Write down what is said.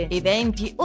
eventi